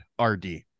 RD